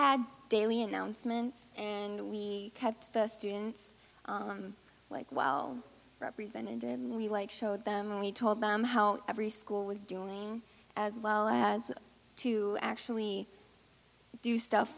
had daily announcements and we kept the students like well represented we like showed them and we told them how every school was doing as well as two actually do stuff